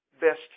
best